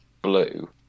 blue